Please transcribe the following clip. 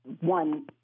one